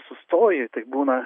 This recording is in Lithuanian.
sustoji tai būna